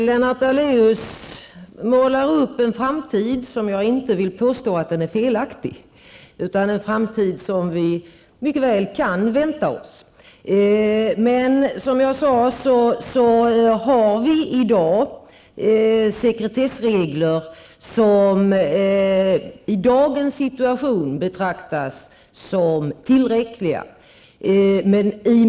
Herr talman! Jag vill inte påstå att den framtidsbild som Lennart Daléus målar upp är felaktig, utan det är en framtid som vi mycket väl kan vänta oss. Men vi har sekretessregler som i dagens situation betraktas som tillräckliga.